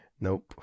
Nope